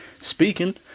speaking